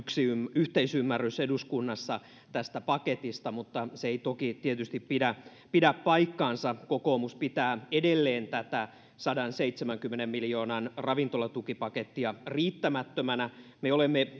yhteisymmärrys eduskunnassa tästä paketista mutta se ei toki tietysti pidä pidä paikkaansa kokoomus pitää edelleen tätä sadanseitsemänkymmenen miljoonan ravintolatukipakettia riittämättömänä me olemme